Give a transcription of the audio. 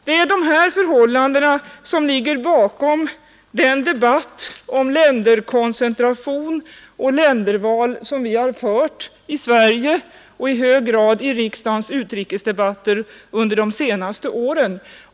Det är dessa förhållanden som ligger bakom den diskussion om länderkoncentration och länderval som vi har fört i Sverige, särskilt i riksdagens u-hjälpsdebatter, under de senaste åren.